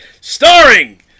starring